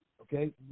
okay